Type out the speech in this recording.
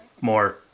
more